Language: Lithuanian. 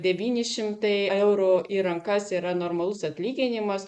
devyni šimtai eurų į rankas yra normalus atlyginimas